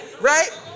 Right